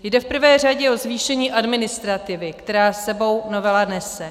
Jde v prvé řadě o zvýšení administrativy, která s sebou novela nese.